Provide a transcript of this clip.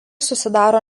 susidaro